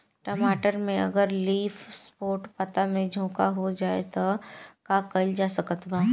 टमाटर में अगर लीफ स्पॉट पता में झोंका हो जाएँ त का कइल जा सकत बा?